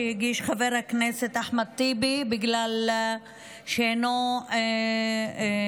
שהגיש חבר הכנסת אחמד טיבי, בגלל שעקב החלטת